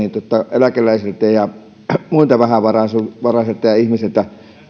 eläkeläisiltä ja muilta vähävaraisilta ihmisiltä